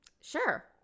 Sure